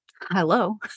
hello